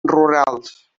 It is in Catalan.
rurals